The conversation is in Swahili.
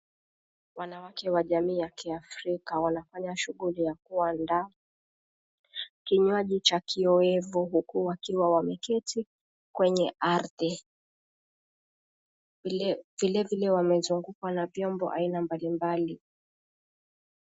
Wanawake wa jamii ya kiafrika wanafanya shughuli ya kuandaa kinywaji cha kiyoevu, huku wakiwa wameketi kwenye ardhi. Vilevile wamezungukwa na vyombo aina mbalimbali.